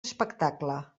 espectacle